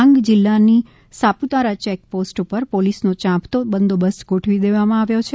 ડાંગ જીલ્લાની સાપુતારા ચેકપોસ્ટ ઉપર પોલીસનો યાંપતો બંદોબસ્ત ગોઠવી દેવામાં આવ્યો છે